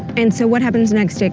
and so what happens next?